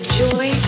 joy